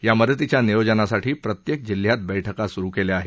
या मदतीच्या नियोजनासाठी प्रत्येक जिल्ह्यात बैठका सुरू केल्या आहेत